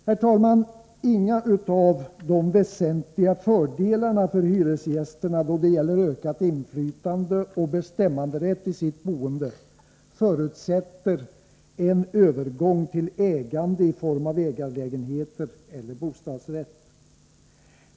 Herr talman! Inga utav de väsentliga fördelarna för hyresgästerna då det gäller ökat inflytande och bestämmanderätt i boendet förutsätter en övergång till ägande i form av ägarlägenheter eller bostadsrätt.